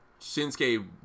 Shinsuke